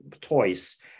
toys